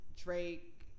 Drake